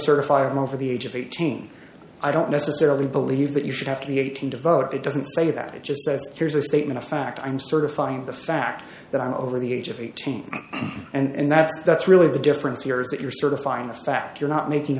certify i'm over the age of eighteen i don't necessarily believe that you should have to be eighteen to vote it doesn't say that it just says here's a statement of fact i'm certifying the fact that i'm over the age of eighteen and that's that's really the difference here is that you're certifying the fact you're not making